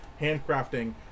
handcrafting